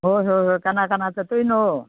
ꯍꯣꯏ ꯍꯣꯏ ꯍꯣꯏ ꯀꯅꯥ ꯀꯅꯥ ꯆꯠꯇꯣꯏꯅꯣ